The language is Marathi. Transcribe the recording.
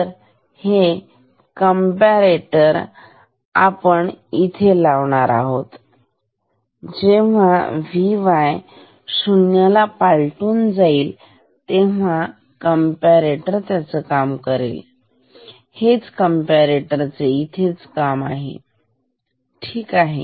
तर हे कंपरेटर आपण इथे लावणार आहोत जेव्हा Vy शून्याला पालटून जाईल तेव्हा कंपरेटरच काम इथेच हेच कंपरेटर चे काम आहे ठीक आहे